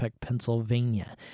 Pennsylvania